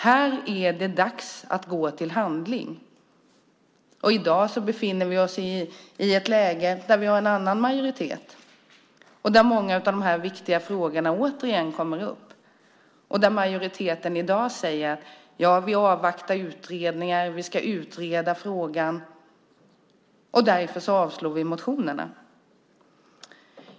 Här är det dags att gå till handling. I dag befinner vi oss i ett läge där vi har en annan majoritet, och när många av de här viktiga frågorna återigen kommer upp säger majoriteten: Vi avvaktar utredningar, vi ska utreda frågan och därför avstyrker vi motionerna.